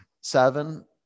seven